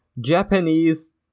Japanese